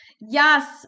yes